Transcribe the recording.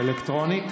אלקטרונית?